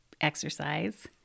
exercise